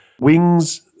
wings